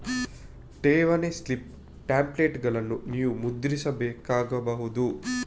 ಠೇವಣಿ ಸ್ಲಿಪ್ ಟೆಂಪ್ಲೇಟುಗಳನ್ನು ನೀವು ಮುದ್ರಿಸಬೇಕಾಗಬಹುದು